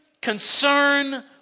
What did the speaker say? concern